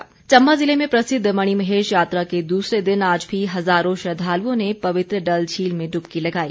मणिमहेश चम्बा जिले में प्रसिद्ध मणिमहेश यात्रा के दूसरे दिन आज भी हज़ारों श्रद्वालुओं ने पवित्र डल झील में डुबकी लगाई